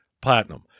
Platinum